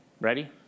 Ready